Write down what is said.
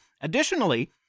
Additionally